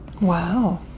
Wow